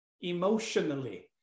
emotionally